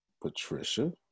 Patricia